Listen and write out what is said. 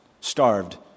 starved